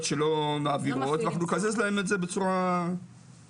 שלא מעבירות ואנחנו נקזז להם את בצורה אוטומטית.